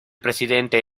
presidente